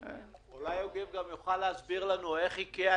אולי יוגב יוכל להסביר לנו איך חנויות איקאה